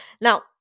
Now